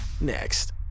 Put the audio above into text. Next